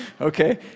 Okay